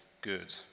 good